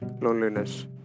loneliness